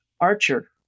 archer